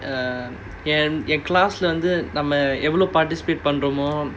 uh ஏன்:yaen class leh வந்து எவ்ளோ:vanthu evlo participate பண்றோமோ:pandromo